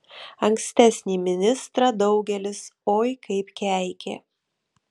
ankstesnį ministrą daugelis oi kaip keikė